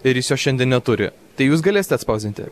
ir jis jo šiandien neturi tai jūs galėsite atspausdinti